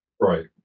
right